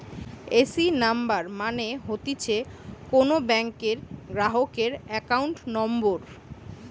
AC number মানে হতিছে কোন ব্যাংকের গ্রাহকের একাউন্ট নম্বর